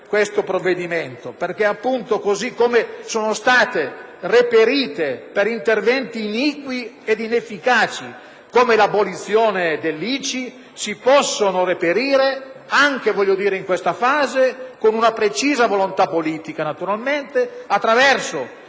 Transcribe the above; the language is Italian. questo provvedimento, perché, così come sono state reperite per interventi iniqui ed inefficaci, come l'abolizione dell'ICI, si possono reperire anche in questa fase, con una precisa volontà politica, naturalmente, attraverso